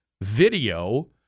video